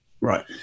Right